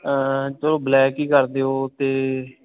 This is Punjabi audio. ਚੱਲੋ ਬਲੈਕ ਹੀ ਕਰ ਦਿਓ ਅਤੇ